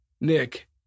Nick